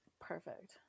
perfect